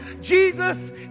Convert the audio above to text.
Jesus